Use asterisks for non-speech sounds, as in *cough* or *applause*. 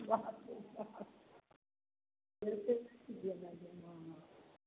*unintelligible*